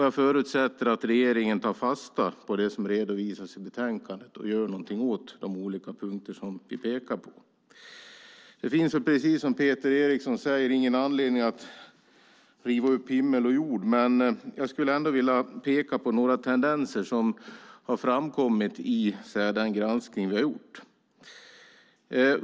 Jag förutsätter att regeringen tar fasta på det som redovisas i betänkandet och gör något åt det som vi pekar på. Som Peter Eriksson säger finns det ingen anledning att riva upp himmel och jord, men jag vill peka på några tendenser som har framkommit i granskningen.